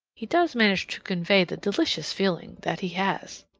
he does manage to convey the delicious feeling that he has.